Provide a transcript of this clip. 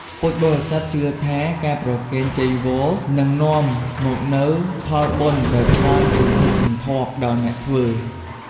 ពុទ្ធបរិស័ទជឿថា ការប្រគេនចីវរ នឹងនាំមកនូវផលបុណ្យដ៏ច្រើនសន្ធឹកសន្ធាប់ដល់អ្នកធ្វើ។